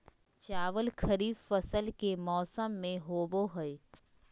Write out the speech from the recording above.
चावल खरीफ फसल के मौसम में होबो हइ